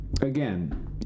again